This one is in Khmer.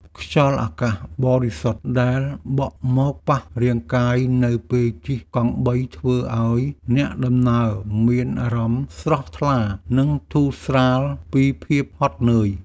ខ្យល់អាកាសបរិសុទ្ធដែលបក់មកប៉ះរាងកាយនៅពេលជិះកង់បីធ្វើឱ្យអ្នកដំណើរមានអារម្មណ៍ស្រស់ថ្លានិងធូរស្រាលពីភាពហត់នឿយ។